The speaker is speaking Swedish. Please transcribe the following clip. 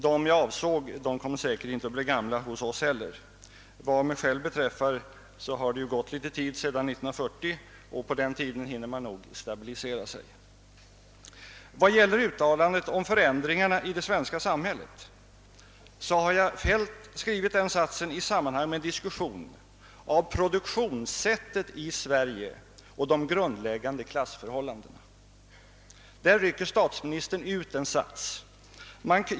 De jag avsåg kommer säkert inte att bli gamla hos oss heller. Vad mig själv beträffar har det ju gått en tid sedan 1940, och på den tiden hinner man nog stabilisera sig. Vad gäller uttalandet om förändringarna i det svenska samhället har jag själv skrivit detta i sammanhang med en diskussion om produktionssättet i Sverige och de grundläggande klassförhållandena. Där rycker statsministern ut en sats.